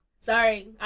Sorry